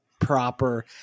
proper